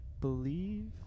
believe